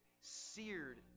seared